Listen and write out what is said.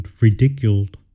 ridiculed